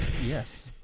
Yes